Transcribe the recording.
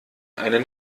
einen